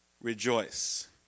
rejoice